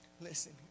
listen